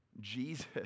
Jesus